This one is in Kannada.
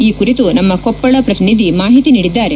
ಈ ಕುರಿತು ನಮ್ಮ ಕೊಪ್ಪಳ ಪ್ರತಿನಿಧಿ ಮಾಹಿತಿ ನೀಡಿದ್ದಾರೆ